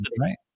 right